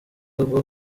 ngo